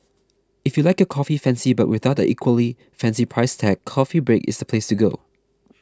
if you like your coffee fancy but without the equally fancy price tag Coffee Break is the place to go